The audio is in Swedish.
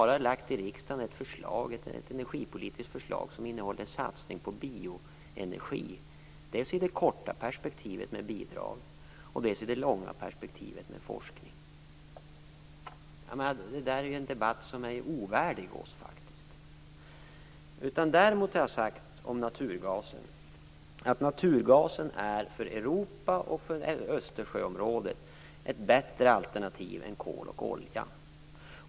Jag har i riksdagen lagt fram ett energipolitiskt förslag som innehåller en satsning på bioenergi, dels i det korta perspektivet med bidrag, dels i det långa perspektivet med forskning. Detta är en debatt som faktiskt är ovärdig oss. Vad jag däremot har sagt om naturgasen är att naturgasen är för Europa och för Östersjöområdet ett bättre alternativ än kol och olja.